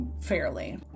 fairly